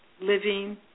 living